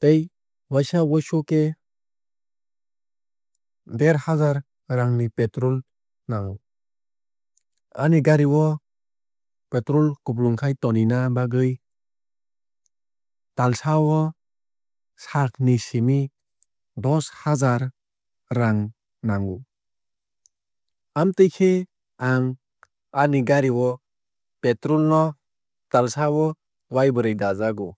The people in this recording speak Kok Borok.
Tei waisa wuisu khe der haazar raang ni petrol nango. Ani gari o petrol kuplung khai tonina bagwui talsao sat ni simi dosh haazaar raang nango. Amtwui khe ang ani gari o petrol no talsao waibrui dajago.